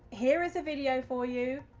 here is a video for you,